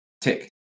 Tick